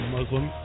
Muslim